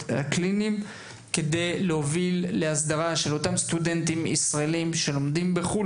הקליניים כדי להוביל להסדרה של אותם סטודנטים ישראלים שלומדים בחו"ל.